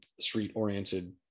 street-oriented